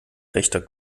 rechter